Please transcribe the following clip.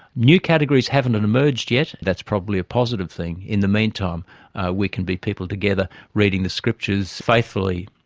new categories haven't and emerged yet. that's probably a positive thing in the meantime we can be people together reading the scriptures faithfully,